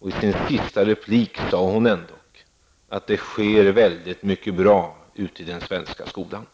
I sin sista replik sade hon ändå att det sker väldigt mycket bra i den svenska skolan.